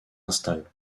installent